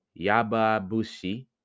Yababushi